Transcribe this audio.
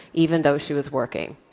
even though she was working.